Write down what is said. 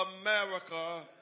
America